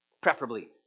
Preferably